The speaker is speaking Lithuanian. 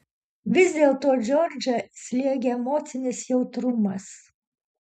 vis dėlto džordžą slėgė emocinis jautrumas